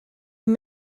you